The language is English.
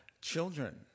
children